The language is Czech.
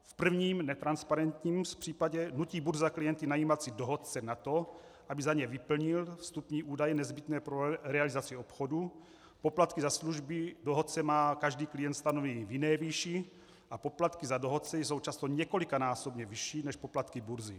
V prvním, netransparentním případě nutí burza klienty najímat si dohodce na to, aby za ně vyplnil vstupní údaje nezbytné pro realizaci obchodu, poplatky za služby dohodce má každý klient stanoveny v jiné výši a poplatky za dohodce jsou často několikanásobně vyšší než poplatky burzy.